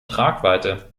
tragweite